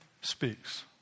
speaks